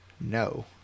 No